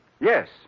Yes